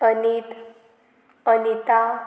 Aneet Anita